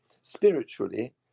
spiritually